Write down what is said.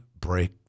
break